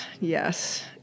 yes